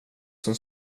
som